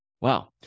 Wow